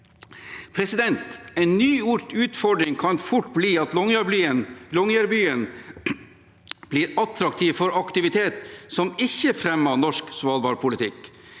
romvirksomhet. En ny utfordring kan fort bli at Longyearbyen blir attraktiv for aktivitet som ikke fremmer norsk svalbardpolitikk.